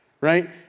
right